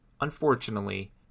unfortunately